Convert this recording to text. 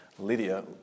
Lydia